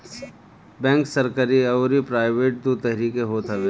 bank सरकरी अउरी private दू तरही के होत हवे